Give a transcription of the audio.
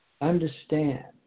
Understand